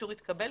אישור שהתקבל,